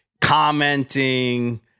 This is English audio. commenting